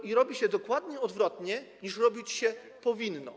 I robi się dokładnie odwrotnie, niż robić się powinno.